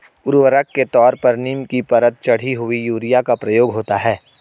उर्वरक के तौर पर नीम की परत चढ़ी हुई यूरिया का प्रयोग होता है